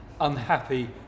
unhappy